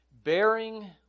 Bearing